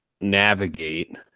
navigate